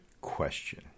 question